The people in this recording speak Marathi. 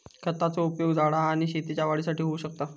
खतांचो उपयोग झाडा आणि शेतीच्या वाढीसाठी होऊ शकता